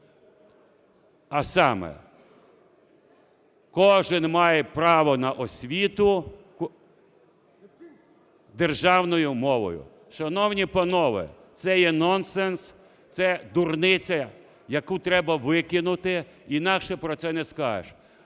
а саме кожен має право на освіту державною мовою. Шановні панове, це є нонсенс, це дурниця, яку треба викинути, інакше про це не скажеш.